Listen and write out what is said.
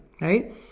right